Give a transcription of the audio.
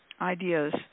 ideas